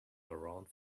around